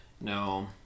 No